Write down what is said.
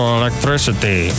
electricity